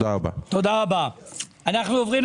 מדוע לא קיבלנו